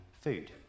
food